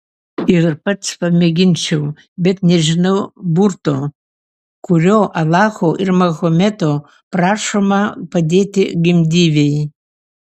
ir pats pamėginčiau bet nežinau burto kuriuo alacho ir mahometo prašoma padėti gimdyvei